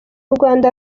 rwanda